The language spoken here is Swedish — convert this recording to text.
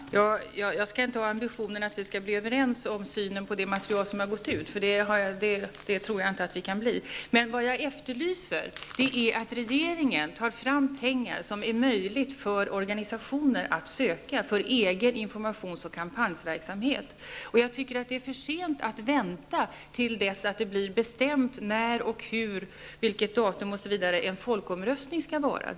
Fru talman! Jag skall inte ha ambitionen att vi skall bli överens om synen på det material som har gått ut, för det tror jag inte att vi kan bli. Däremot efterlyser jag att regeringen tar fram pengar som gör det möjligt för organisationer att söka medel för egen informations och kampanjverksamhet. Det är för sent att vänta till dess att det blir bestämt när och hur en folkomröstning skall hållas.